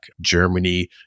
Germany